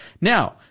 Now